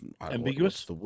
ambiguous